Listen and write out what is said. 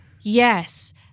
yes